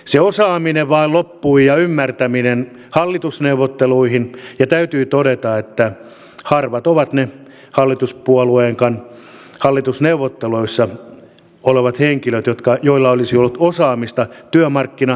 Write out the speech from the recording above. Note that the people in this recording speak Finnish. se osaaminen ja ymmärtäminen vain loppui hallitusneuvotteluihin ja täytyy todeta että harvat ovat ne hallitusneuvotteluissa olevat henkilöt joilla olisi ollut osaamista työmarkkinajärjestelmän toimivuudesta